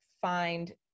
find